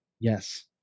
Yes